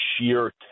sheer